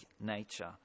nature